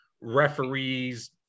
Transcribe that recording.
referees